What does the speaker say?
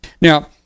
now